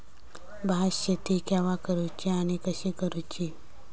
भात शेती केवा करूची आणि कशी करुची?